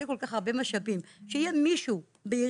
כל כך הרבה משאבים שיהיה מישהו בעירייה,